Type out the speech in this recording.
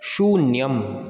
शून्यम्